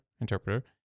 interpreter